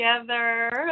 together